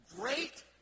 great